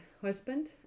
husband